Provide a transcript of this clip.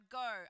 go